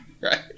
right